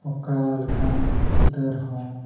ᱚᱠᱟ ᱞᱮᱠᱟᱱ ᱪᱤᱛᱟᱹᱨ ᱦᱚᱸ